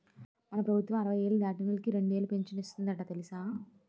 మన ప్రభుత్వం అరవై ఏళ్ళు దాటినోళ్ళకి రెండేలు పింఛను ఇస్తందట తెలుసా